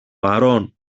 παρών